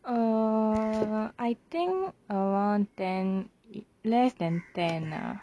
err I think around ten less than ten ah